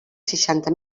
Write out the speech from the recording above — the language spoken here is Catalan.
seixanta